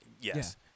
Yes